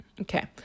okay